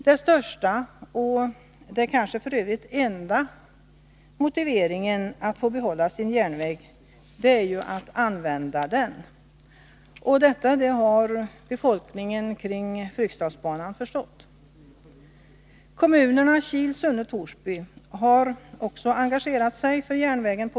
Den största, och kanske f. ö. den enda, motiveringen för att man skall få behålla sin järnväg är att den används. Detta har befolkningen kring Fryksdalsbanan förstått. Kommunerna Kil, Sunne och Torsby har på olika sätt engagerat sig för järnvägen.